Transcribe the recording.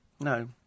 No